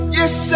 yes